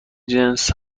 جنس